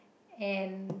and